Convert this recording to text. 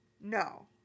no